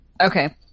Okay